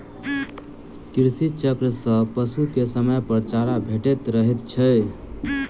कृषि चक्र सॅ पशु के समयपर चारा भेटैत रहैत छै